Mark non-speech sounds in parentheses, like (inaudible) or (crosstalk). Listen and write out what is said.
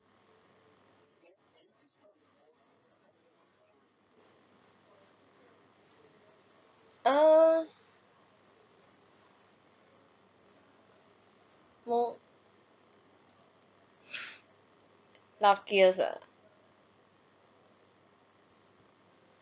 err mo (breath) luckiest ah